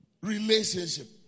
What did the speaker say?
relationship